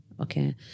Okay